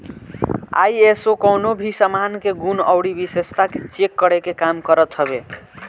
ISO कवनो भी सामान के गुण अउरी विशेषता के चेक करे के काम करत हवे